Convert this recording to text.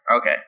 Okay